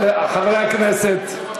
חברי הכנסת,